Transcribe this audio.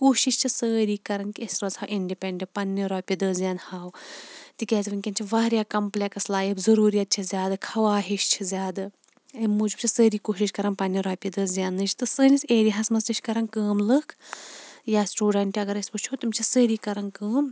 کوٗشِش چھِ سٲری کَران کہِ أسۍ روزہو اِنڈِپنڈنٹ پَننہِ رۄپیہِ دہ زینہَو تِکیازِ وٕنکٮ۪ن چھِ واریاہ کَمپلیٚکس لایِف ضروٗرِیات چھِ زیادٕ خواہِش چھِ زیادٕ امہِ موٗجوٗب چھِ سٲری کوٗشِش کَران پَننہِ رۄپیہِ دہ زیننٕچ تہٕ سٲنِس ایریاہَس مَنٛز تہِ چھِ کَران کٲم لُکھ یا سٹوڈنٹ تہِ اَگَر أسۍ وٕچھو تِم چھِ سٲری کَران کٲم